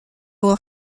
will